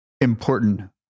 important